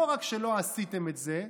לא רק שלא עשיתם את זה,